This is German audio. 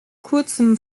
kurzem